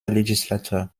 legislature